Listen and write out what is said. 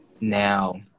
Now